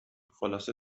خلاصه